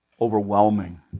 overwhelming